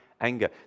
anger